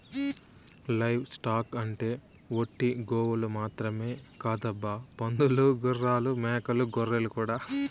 live stock అంటే ఒట్టి గోవులు మాత్రమే కాదబ్బా పందులు గుర్రాలు మేకలు గొర్రెలు కూడా